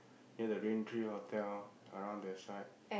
near the Raintree hotel around that side